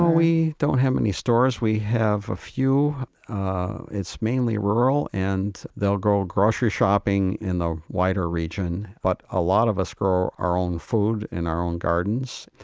we don't have any stores. we have a few it's mainly rural and they'll go grocery shopping in the wider region, but a lot of us grow our own food in our own gardens.